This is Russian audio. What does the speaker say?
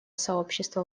сообщества